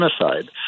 Genocide